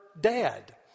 dad